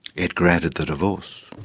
it granted the divorce.